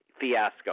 fiasco